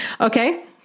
Okay